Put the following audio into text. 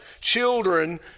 children